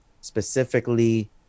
specifically